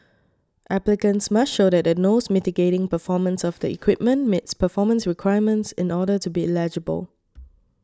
applicants must show that the nose mitigating performance of the equipment meets performance requirements in order to be eligible